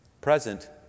Present